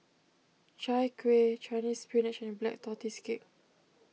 Chai Kueh Chinese Spinach and Black Tortoise Cake